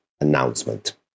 announcement